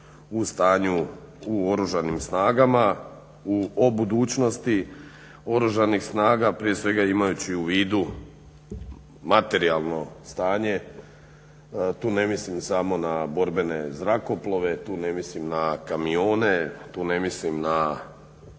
o stanju u Oružanim snagama, o budućnosti Oružanih snaga, prije svega imajući u vidu materijalno stanje. Tu ne mislim na kamione, tu ne mislim na oruđe, artiljeriju